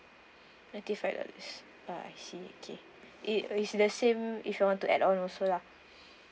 ninety five dollars ah I see okay uh it is the same if I want to add on also lah